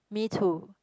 me too